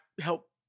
help